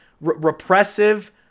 repressive